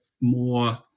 more